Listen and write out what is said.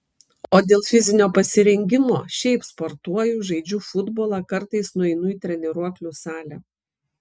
o dėl fizinio pasirengimo šiaip sportuoju žaidžiu futbolą kartais nueinu į treniruoklių salę